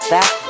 Back